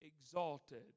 exalted